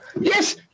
Yes